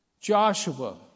Joshua